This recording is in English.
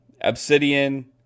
Obsidian